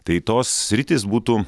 tai tos sritys būtų